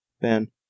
Ben